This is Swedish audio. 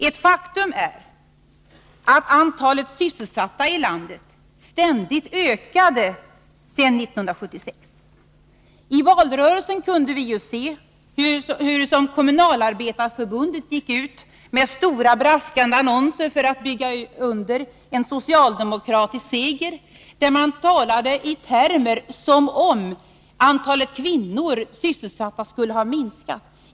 Ett faktum är att antalet sysselsatta i landet ständigt ökade efter 1976. Men i valrörelsen kunde vi se hurusom Kommunalarbetareförbundet gick ut med stora, braskande annonser för att bygga under för en socialdemokratisk seger, där man talade i termer som innebar att antalet sysselsatta kvinnor skulle ha minskat.